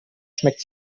schmeckt